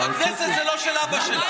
הכנסת זה לא של אבא שלה.